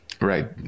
right